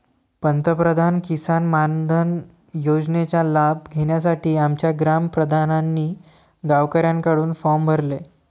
पंतप्रधान किसान मानधन योजनेचा लाभ घेण्यासाठी आमच्या ग्राम प्रधानांनी गावकऱ्यांकडून फॉर्म भरले